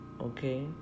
Okay